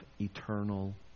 eternal